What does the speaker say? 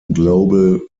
global